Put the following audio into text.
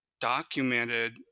documented